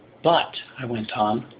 but, i went on,